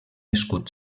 escut